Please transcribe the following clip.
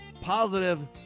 positive